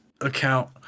account